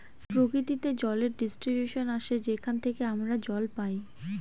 প্রকৃতিতে জলের ডিস্ট্রিবিউশন আসে যেখান থেকে আমরা জল পাই